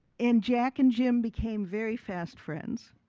and jack and jim became very fast friends.